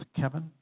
Kevin